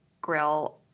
grill